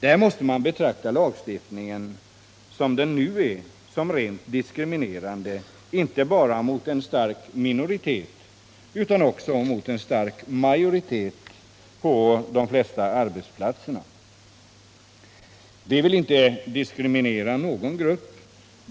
Där måste man betrakta lagstiftningen som den nu är som rent diskriminerande inte bara mot en stark minoritet utan också mot en stark majoritet på de flesta arbetsplatserna. Vi vill inte diskriminera någon grupp.